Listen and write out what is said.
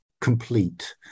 complete